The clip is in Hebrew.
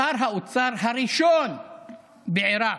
שר האוצר הראשון בעיראק,